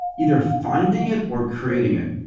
either finding it, or creating it